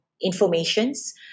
informations